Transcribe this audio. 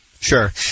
Sure